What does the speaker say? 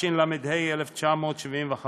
התשל"ה 1975,